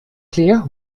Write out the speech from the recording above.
clear